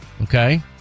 okay